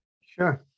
Sure